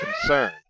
concern